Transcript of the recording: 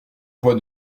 voix